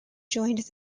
joined